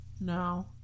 No